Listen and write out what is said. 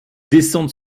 descentes